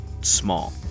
small